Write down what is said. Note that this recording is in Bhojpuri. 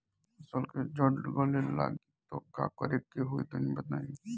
फसल के जड़ गले लागि त का करेके होई तनि बताई?